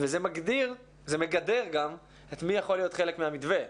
וזה מגדיר וזה מגדר גם מי יכול להיות חלק מהמתווה.